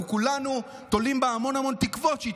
אנחנו כולנו תולים בה המון המון תקוות שהיא